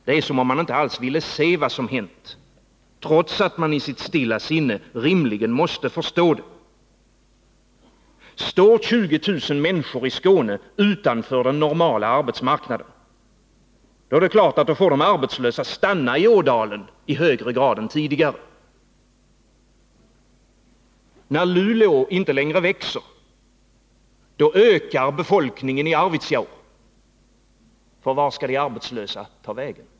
Det är som om man inte alls ville se vad som hänt, trots att man i sitt stilla sinne rimligen måste förstå det. Står 20000 människor i Skåne utanför den normala arbetsmarknaden — då får arbetslösa givetvis stanna i Ådalen i högre grad än tidigare. När Luleå inte längre växer, då ökar befolkningen i Arvidsjaur, för vart skall de arbetslösa ta vägen?